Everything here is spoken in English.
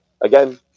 again